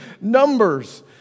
Numbers